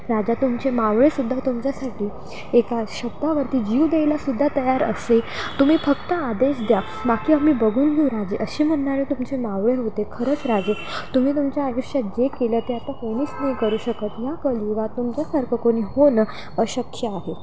राजा तुमचे मावळेसुद्धा तुमच्यासाठी एका शब्दावरती जीव द्यायलासुद्धा तयार असेल तुम्ही फक्त आदेश द्या बाकी आम्ही बघून देऊ राजे अशीे म्हनार तुमचे मावळे होते खरंच राजे तुम्ही तुमच्या आयुष्यात जे केलं ते आता कोणीच नाही करू शकत या कलियुगात तुमच्यासारखं कोणी होणं अशक्य आहे